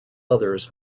others